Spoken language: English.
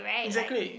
exactly